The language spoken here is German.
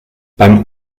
beim